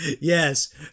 Yes